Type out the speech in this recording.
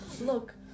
Look